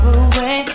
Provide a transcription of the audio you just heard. away